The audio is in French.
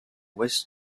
ouest